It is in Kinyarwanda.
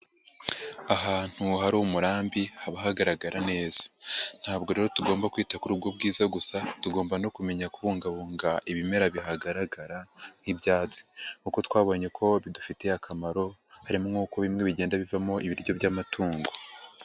Ahantu hari umurambi haba hagaragara neza. Ntabwo rero tugomba kwitagura ubwo bwiza gusa, tugomba no kumenya kubungabunga ibimera bihagaragara nk'ibyatsi kuko twabonye ko bidufitiye akamaro, hari nkuko bimwe bigenda bivamo ibiryo by'amatungo.